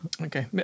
Okay